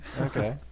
Okay